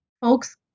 Folks